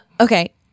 okay